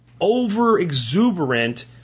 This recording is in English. over-exuberant